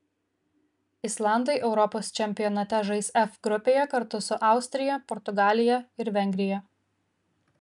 islandai europos čempionate žais f grupėje kartu su austrija portugalija ir vengrija